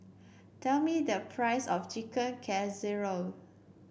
tell me the price of Chicken Casserole